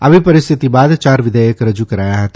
આવી પરિસ્થિતિ બાદ ચાર વિધેયક રજૂ કરાયા હતા